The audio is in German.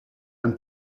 ein